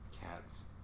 Cats